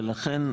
ולכן,